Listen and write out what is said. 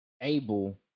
able